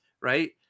right